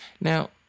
Now